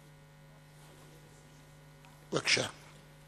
בבקשה.